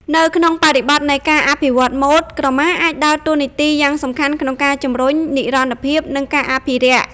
នៅក្នុងបរិបទនៃការអភិវឌ្ឍម៉ូដ ក្រមាអាចដើរតួនាទីយ៉ាងសំខាន់ក្នុងការជំរុញ និរន្តរភាព និងការអភិរក្ស ។